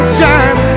time